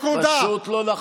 פשוט לא נכון.